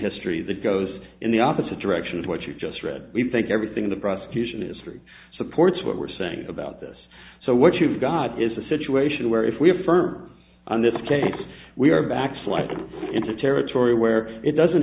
history that goes in the opposite direction of what you just read we think everything in the prosecution is free so supports what we're saying about this so what you've got is a situation where if we are firm on this case we are back sliding into territory where it doesn't